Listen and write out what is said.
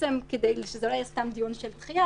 כדי שזה לא יהיה סתם דיון של דחייה,